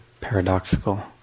paradoxical